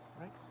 right